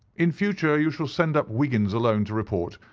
in future you shall send up wiggins alone to report,